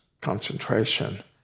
concentration